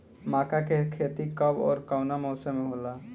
मका के खेती कब ओर कवना मौसम में होला?